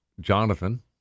Jonathan